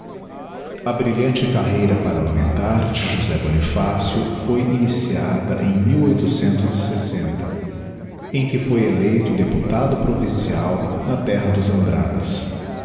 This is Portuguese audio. a brilhante carreira parlamentar de josé bonifácio foi iniciada em em que foi eleito deputado provincial na terra dos andradas